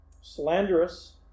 slanderous